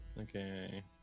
okay